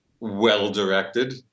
well-directed